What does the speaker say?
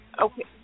Okay